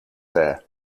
there